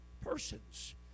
persons